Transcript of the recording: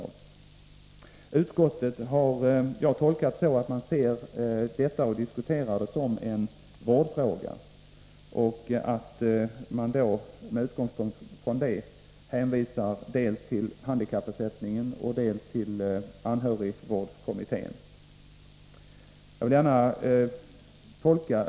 Jag har tolkat utskottets behandling av motionen så, att utskottet har uppfattat och diskuterat det här problemet som en vårdfråga och att man med utgångspunkt i den uppfattningen hänvisar dels till handikappersättningen, dels till anhörigvårdskommittén.